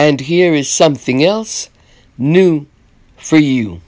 and here is something else new for you